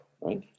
right